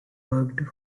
worked